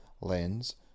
lens